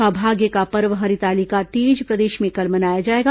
सौभाग्य का पर्व हरितालिका तीज प्रदेश में कल मनाया जाएगा